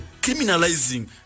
criminalizing